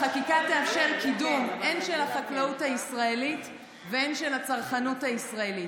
החקיקה תאפשר קידום הן של החקלאות הישראלית והן של הצרכנות הישראלית,